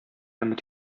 өмет